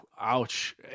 ouch